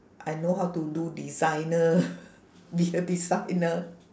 I know how to do designer be a designer